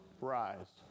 rise